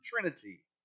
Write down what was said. Trinity